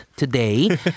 Today